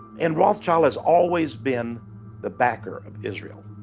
and rothschild has always been the backer of israel.